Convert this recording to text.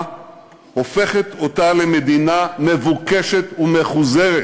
הופכת אותה למדינה מבוקשת ומחוזרת.